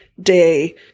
Day